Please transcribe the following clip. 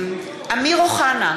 (קוראת בשמות חברי הכנסת) אמיר אוחנה,